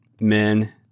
men